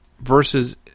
versus